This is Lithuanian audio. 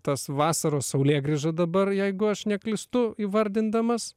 tas vasaros saulėgrįža dabar jeigu aš neklystu įvardindamas